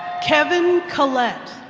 kevin collett